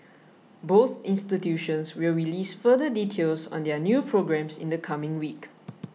both institutions will release further details on their new programmes in the coming week